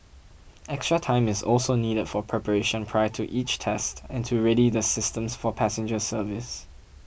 extra time is also needed for preparation prior to each test and to ready the systems for passenger service